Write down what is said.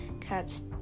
cats